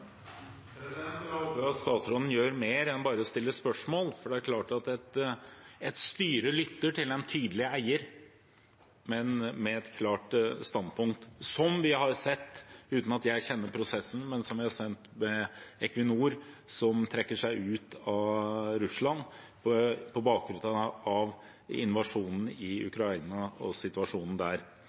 Jeg håper at statsråden gjør mer enn bare å stille spørsmål, for et styre lytter til en tydelig eier med et klart standpunkt, som vi har sett i forbindelse med at Equinor – uten at jeg kjenner prosessen – trekker seg ut av Russland på bakgrunn av invasjonen i Ukraina og situasjonen der.